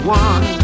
one